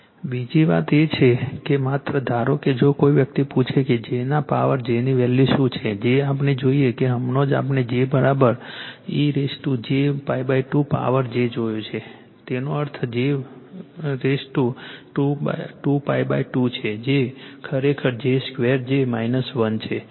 બીજી વાત એ છે કે માત્ર ધારો કે જો કોઈ વ્યક્તિ પૂછે કે j ના પાવર j ની વેલ્યુ શું છે j આપણે જોયો છે હમણાં જ આપણે j e j π 2 જોયો છે તેનો અર્થ j 2 π 2 છે જે ખરેખર j 2 જે 1 છે